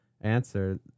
answer